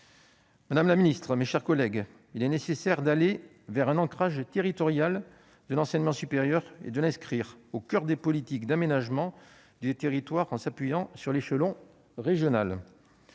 Madame la ministre, mes chers collègues, il est nécessaire d'aller vers un ancrage territorial de l'enseignement supérieur, qui doit être inscrit au coeur des politiques d'aménagement du territoire, en s'appuyant sur l'échelon régional.